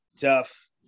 tough